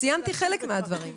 ציינתי חלקם.